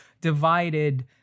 divided